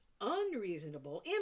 unreasonable